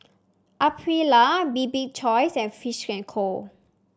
Aprilia Bibik choice and Fish and Co